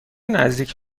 نزدیک